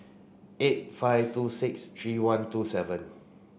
eight five two six three one two seven